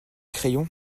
crayons